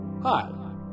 Hi